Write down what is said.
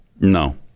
No